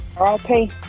Okay